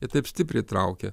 ir taip stipriai traukia